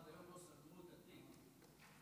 לא סגרו את התיק.